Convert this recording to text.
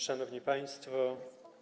Szanowni Państwo!